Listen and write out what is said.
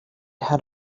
had